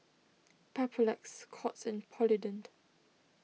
Papulex Scott's and Polident